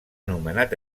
nomenat